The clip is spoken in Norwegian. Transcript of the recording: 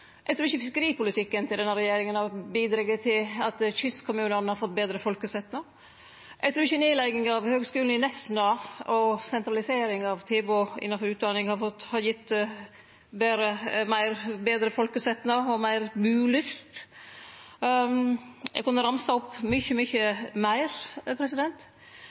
Eg trur ikkje fiskeripolitikken til denne regjeringa har bidrege til at kystkommunane har fått betre folkesetnad. Eg trur ikkje nedlegginga av Høgskulen i Nesna og sentralisering av tilbod innanfor utdanning har gitt betre folkesetnad og meir bulyst. Eg kunne ha ramsa opp mykje, mykje meir,